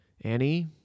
Annie